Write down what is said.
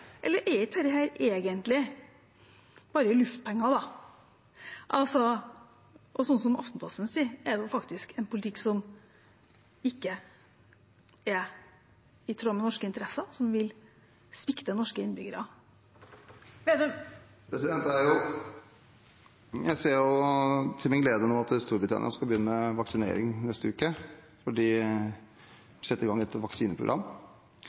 Er ikke dette egentlig bare luftpenger? Aftenposten sier at det er en politikk som ikke er i tråd med norske interesser, som vil svikte norske innbyggere. Jeg ser til min glede at Storbritannia nå skal begynne med vaksinering neste uke, de setter i gang et vaksineprogram.